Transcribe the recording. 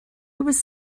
was